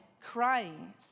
crying